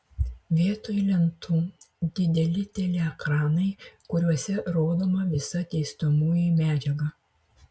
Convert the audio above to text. vietoj lentų dideli teleekranai kuriuose rodoma visa dėstomoji medžiaga